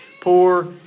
poor